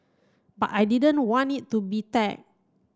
but I didn't want it to be tag